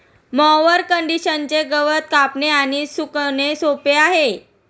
mower कंडिशनरचे गवत कापणे आणि सुकणे सोपे आहे